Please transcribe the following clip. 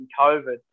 COVID